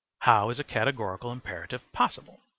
how is a categorical imperative possible?